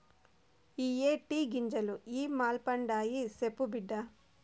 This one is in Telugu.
ఇయ్యే టీ గింజలు ఇ మల్పండాయి, సెప్పు బిడ్డా